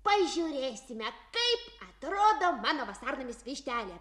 pažiūrėsime taip atrodo mano vasarnamis vištelė